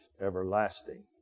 everlasting